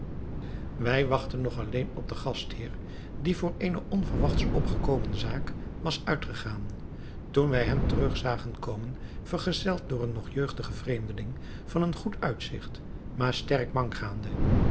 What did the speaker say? wij wachtten nog alleen op den gastheer die voor eene onverwachts opgekomen zaak was uitgegaan toen wij hem terug zagen komen vergezeld door een nog jeugdig vreemdeling van een goed uitzigt maar sterk mank gaande